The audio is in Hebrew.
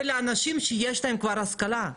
אלה אנשים שיש להם כבר השכלה.